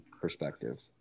perspective